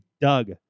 Doug